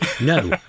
No